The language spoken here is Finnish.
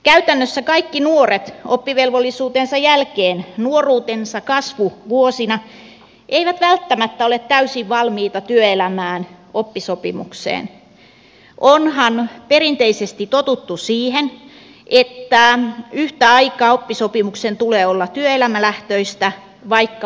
käytännössä kaikki nuoret oppivelvollisuutensa jälkeen eivät nuoruutensa kasvuvuosina välttämättä ole täysin valmiita työelämään oppisopimukseen onhan perinteisesti totuttu siihen että oppisopimuksen tulee olla yhtä aikaa työelämälähtöistä vaikka opiskelua onkin